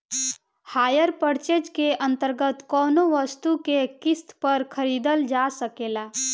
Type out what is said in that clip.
hire purchase के अंतर्गत कौनो वस्तु के किस्त पर खरीदल जा सकेला